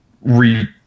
re